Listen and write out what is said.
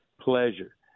pleasure